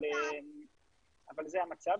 אבל זה המצב.